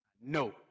No